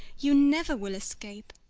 you never will escape.